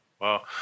Wow